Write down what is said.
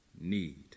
need